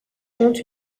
compte